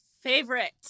favorite